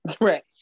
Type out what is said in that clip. right